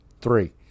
Three